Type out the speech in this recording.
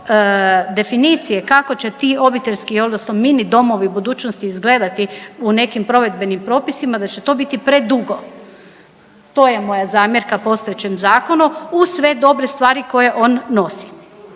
definicije kako će ti obiteljski odnosno mini domovi budućnosti izgledati u nekim provedbenim propisima da će to biti predugo. To je moja zamjerka postojećem zakonu uz sve dobre stvari koje on nosi.